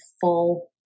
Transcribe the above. full